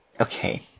Okay